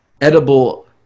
edible